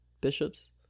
Bishops